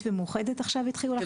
ומאוחדת עכשיו התחילו הכשרה משותפת.